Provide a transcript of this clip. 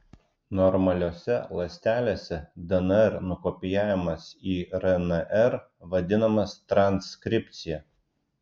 normaliose ląstelėse dnr nukopijavimas į rnr vadinamas transkripcija